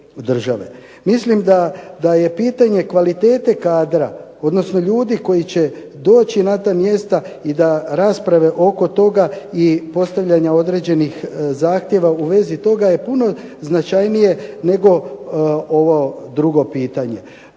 Mislim da je pitanje kvalitete kadra, odnosno ljudi koji će doći na ta mjesta i da rasprave oko toga i postavljanja određenih zahtjeva u vezi toga je puno značajnije nego ovo drugo pitanje.